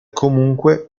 comunque